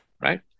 right